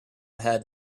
had